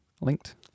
linked